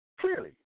Clearly